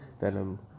Venom